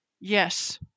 Yes